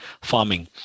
farming